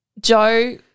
Joe